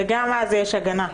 וגם אז יש הגנה.